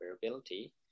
variability